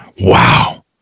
Wow